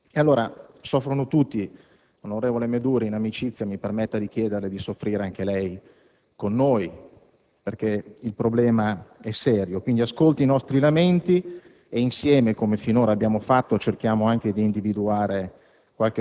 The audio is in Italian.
zona. Soffrono tutti, onorevole Meduri; in amicizia, mi permetta di chiederle di soffrire anche lei con noi, perché il problema è serio. Quindi, ascolti i nostri lamenti e insieme, come finora abbiamo fatto, cerchiamo anche di individuare